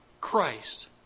Christ